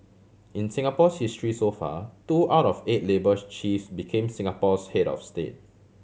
in Singapore's history so far two out of eight labour chiefs became Singapore's head of state